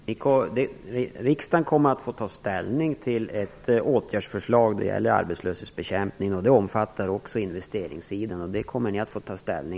Herr talman! Riksdagen kommer under denna höst att få ta ställning till ett åtgärdsförslag vad gäller arbetslöshetsbekämpning. Det omfattar också investeringssidan.